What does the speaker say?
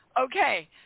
Okay